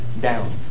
down